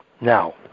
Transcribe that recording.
Now